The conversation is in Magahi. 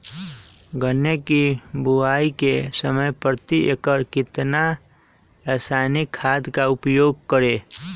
गन्ने की बुवाई के समय प्रति एकड़ कितना रासायनिक खाद का उपयोग करें?